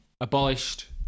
abolished